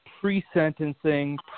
pre-sentencing